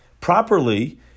properly